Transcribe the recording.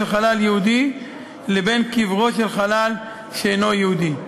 חלל יהודי לבין קברו של חלל שאינו יהודי.